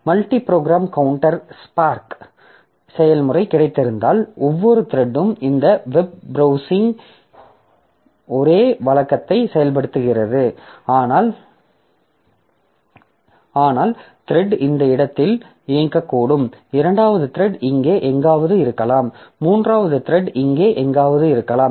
multi program counter spark செயல்முறை கிடைத்திருந்தால் ஒவ்வொரு த்ரெட்டும் இந்த வெப் ப்ரௌசிங் ஒரே வழக்கத்தை செயல்படுத்துகிறது ஆனால் த்ரெட் இந்த இடத்தில் இயங்கக்கூடும் இரண்டாவது த்ரெட் இங்கே எங்காவது இருக்கலாம் மூன்றாவது த்ரெட் இங்கே எங்காவது இருக்கலாம்